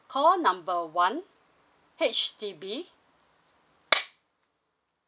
call number one H_D_B